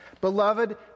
Beloved